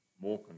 more